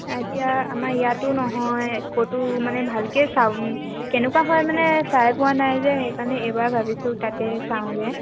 এতিয়া আমাৰ ইয়াতো নহয় ক'তো মানে ভালকে চাওঁ কেনেকুৱা হয় মানে চাই পোৱা নাই যে সেইকাৰণে এইবাৰ ভাবিছোঁ তাতে চাওঁগে